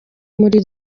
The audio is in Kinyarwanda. muri